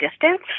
distance